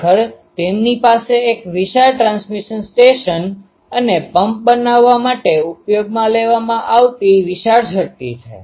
ખરેખર તેમની પાસે એક વિશાળ ટ્રાન્સમીટર સ્ટેશન અને પંપ બનાવવા માટે ઉપયોગમાં લેવામાં આવતી વિશાળ શક્તિ છે